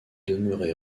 demeurée